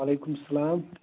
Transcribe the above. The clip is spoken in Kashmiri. وعلیکُم سَلام